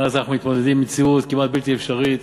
מאז אנחנו מתמודדים עם מציאות כמעט בלתי אפשרית.